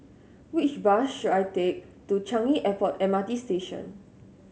which bus should I take to Changi Airport M R T Station